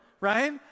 right